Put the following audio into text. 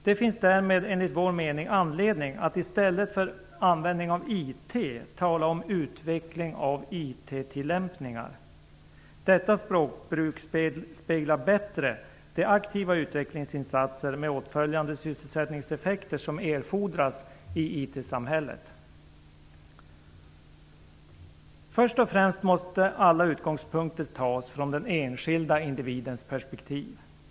Det finns därmed, enligt vår mening, anledning att i stället för "användning av IT" tala om "utveckling av IT-tillämpningar". Detta språkbruk speglar bättre de aktiva utvecklingsinsatser med åtföljande sysselsättningseffekter som erfordras i IT Först och främst måste man alltid ha den enskilde individens perspektiv som utgångspunkt.